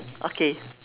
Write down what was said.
okay